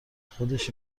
خودش